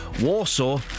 Warsaw